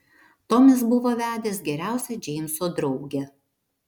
tomis buvo vedęs geriausią džeimso draugę